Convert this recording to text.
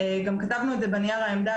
גם כתבנו את זה בנייר העמדה,